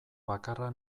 bakarra